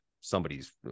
somebody's